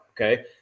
Okay